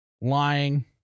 lying